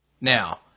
Now